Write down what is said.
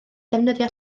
defnyddio